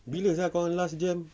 bila sia korang last jam